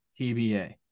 TBA